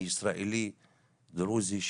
אני ישראלי דרוזי,